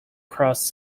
cross